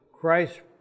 Christ